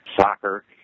soccer